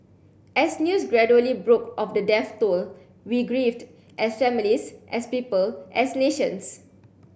as news gradually broke of the death toll we grieved as families as people as nations